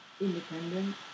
independent